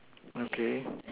okay